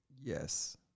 Yes